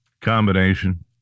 combination